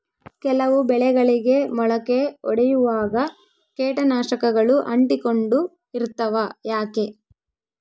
ಕೆಲವು ಬೆಳೆಗಳಿಗೆ ಮೊಳಕೆ ಒಡಿಯುವಾಗ ಕೇಟನಾಶಕಗಳು ಅಂಟಿಕೊಂಡು ಇರ್ತವ ಯಾಕೆ?